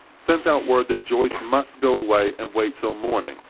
sent out word that joyce must go away and wait till morning,